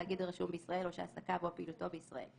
תאגיד הרשום בישראל או שעסקיו או פעילותו בישראל".